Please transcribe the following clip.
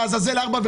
לעזאזל ארבעה,